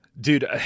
dude